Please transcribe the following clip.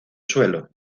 suelo